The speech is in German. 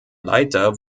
leiter